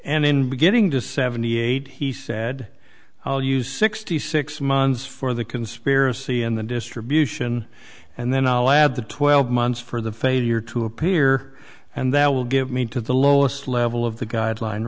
and in beginning to seventy eight he said i'll use sixty six months for the conspiracy in the distribution and then i'll add the twelve months for the failure to appear and that will give me to the lowest level of the guideline